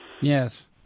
Yes